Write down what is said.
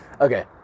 Okay